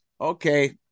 Okay